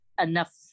enough